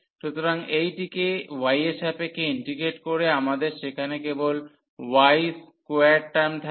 সুতরাং এইটিকে y এর সাপেক্ষে ইন্টিগ্রেট করে আমাদের সেখানে কেবল y স্কোয়ার্ড টার্ম থাকবে